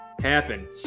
happen